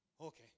Okay